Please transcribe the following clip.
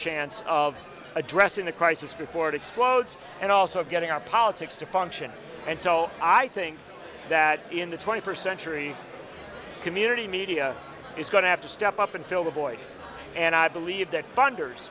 chance of addressing the crisis before it explodes and also getting our politics to function and so i think that in the twenty first century community media is going to have to step up and fill the void and i believe that funders